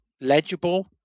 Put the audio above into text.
legible